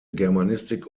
germanistik